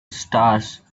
stars